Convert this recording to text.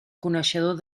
coneixedor